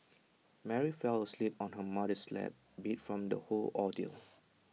Mary fell asleep on her mother's lap beat from the whole ordeal